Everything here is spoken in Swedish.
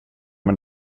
med